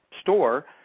store